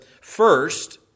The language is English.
First